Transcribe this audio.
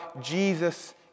Jesus